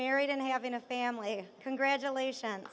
married and having a family congratulations